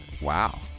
Wow